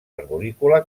arborícola